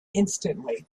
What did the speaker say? instantly